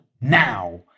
now